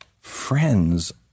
friends